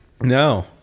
No